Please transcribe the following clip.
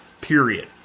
period